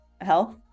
health